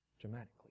dramatically